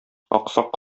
аксак